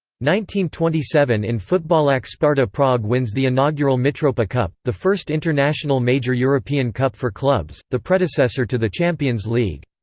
twenty seven in footballac sparta prague wins the inaugural mitropa cup, the first international major european cup for clubs, the predecessor to the champions league.